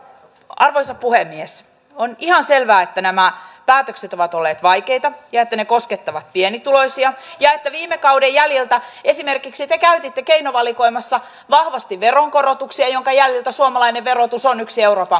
lopuksi arvoisa puhemies on ihan selvä että nämä päätökset minä pistin toiveeni hallitukseen tässä yhdessä ja viime kauden jäljiltä esimerkiksi artekeinovalikoimassa vahvasti veronkorotuksia jonka jäljiltä suomalainen verotus on yksi euroopan